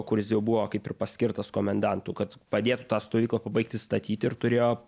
kuris jau buvo kaip ir paskirtas komendantu kad padėtų tą stovyklą pabaigti statyti ir turėjo